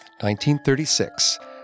1936